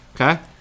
okay